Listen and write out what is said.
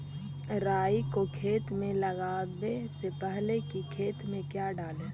राई को खेत मे लगाबे से पहले कि खेत मे क्या डाले?